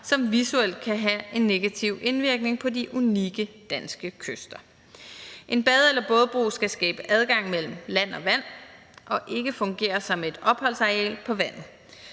som visuelt kan have en negativ indvirkning på de unikke danske kyster. En bade- eller bådebro skal skabe adgang mellem land og vand og ikke fungere som et opholdsareal på vandet.